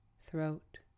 throat